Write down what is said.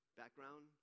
background